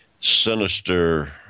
sinister